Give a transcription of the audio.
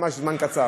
ממש זמן קצר.